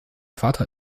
vater